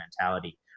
mentality